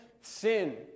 sin